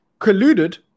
colluded